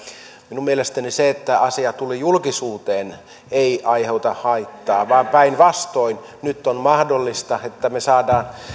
minun mielestäni se että asia tuli julkisuuteen ei aiheuta haittaa vaan päinvastoin nyt on mahdollista että me saamme